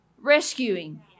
Rescuing